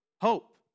Hope